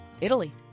Italy